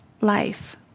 life